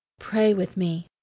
pray with me,